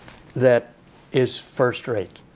that is first rate.